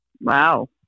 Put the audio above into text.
Wow